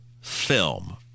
film